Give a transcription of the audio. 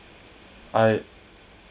I